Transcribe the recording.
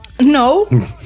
No